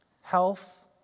Health